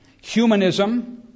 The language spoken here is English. Humanism